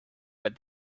what